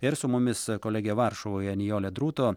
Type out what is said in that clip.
ir su mumis kolegė varšuvoje nijolė drūto